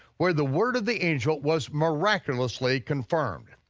where the word of the angel was miraculously confirmed.